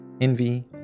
envy